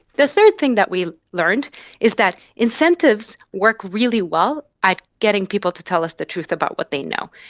the third thing that we learned is that incentives work really well at getting people to tell us the truth about what they know.